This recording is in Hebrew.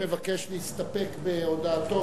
האם אדוני מבקש להסתפק בהודעתו?